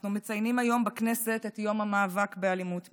אנחנו מציינים היום בכנסת את יום המאבק באלימות מינית.